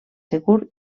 segur